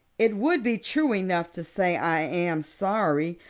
it would be true enough to say i am sorry,